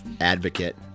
advocate